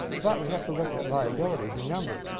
but we have to look at liabilities. remember,